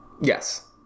Yes